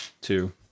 Two